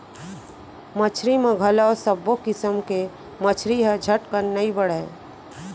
मछरी म घलौ सब्बो किसम के मछरी ह झटकन नइ बाढ़य